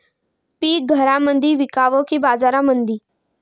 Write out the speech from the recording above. पीक घरामंदी विकावं की बाजारामंदी?